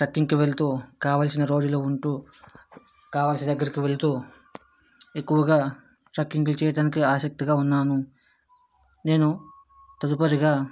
ట్రక్కింగ్కు వెళ్తూ కావాల్సిన రోజులు ఉంటూ కావాల్సిన దగ్గరకు వెళ్తూ ఎక్కువగా ట్రక్కింగ్లు చేయటానికి ఆసక్తిగా ఉన్నాను నేను తదుపరిగా